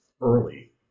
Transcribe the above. early